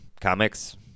Comics